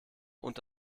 und